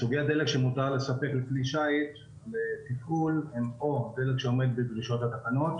סוגי הדלק שמותר לספק לכלי שיט הם או דלק שעומד בדרישות התקנות.